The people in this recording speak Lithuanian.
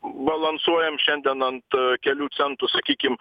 balansuojam šiandien ant kelių centų sakykim